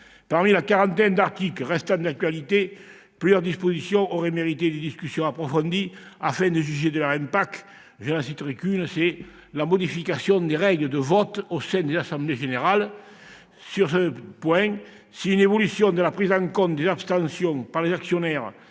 parmi la quarantaine d'articles restant d'actualité, plusieurs dispositions auraient mérité des discussions approfondies, afin de juger de leur impact. Je n'en citerai qu'une : la modification des règles de vote au sein des assemblées générales. Sur ce point, si une évolution de la prise en compte des abstentions par les actionnaires